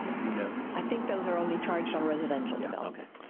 no. i think those are only charged on residential yeah